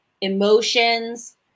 emotions